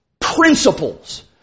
principles